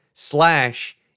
Slash